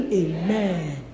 amen